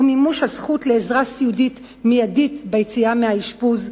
או מימוש הזכות לעזרה סיעודית מיידית ביציאה מאשפוז,